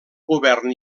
govern